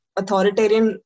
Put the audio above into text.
authoritarian